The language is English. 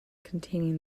containing